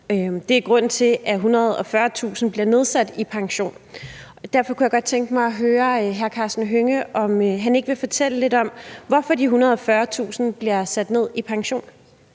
Det er grunden til, at 140.000 bliver nedsat i pension. Derfor kunne jeg godt tænke mig at høre hr. Karsten Hønge, om han ikke vil fortælle lidt om, hvorfor de 140.000 bliver sat ned i pension.